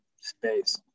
space